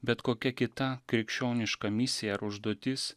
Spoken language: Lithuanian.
bet kokia kita krikščioniška misija ar užduotis